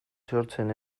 sortzen